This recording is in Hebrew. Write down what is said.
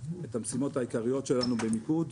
את המשימות העיקריות שלנו במיקוד.